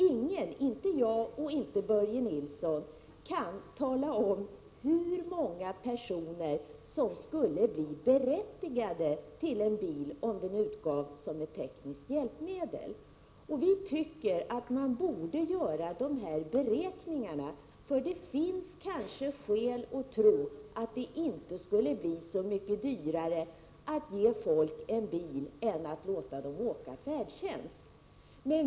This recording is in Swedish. Ingen, inte jag och inte Börje Nilsson, kan tala om hur många personer som skulle bli berättigade till en bil om den utgavs som ett teknisk hjälpmedel. Vi tycker att man borde göra dessa beräkningar. Det finns kanske skäl att tro att det inte skulle bli så mycket dyrare att ge folk en bil än att låta dem åka färdtjänst.